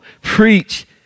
preach